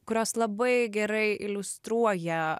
kurios labai gerai iliustruoja